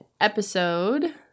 episode